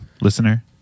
Listener